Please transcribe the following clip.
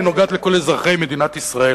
היא נוגעת לכל אזרחי מדינת ישראל,